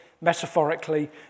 metaphorically